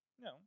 No